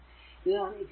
അതാണ് ഇക്വേഷൻ 27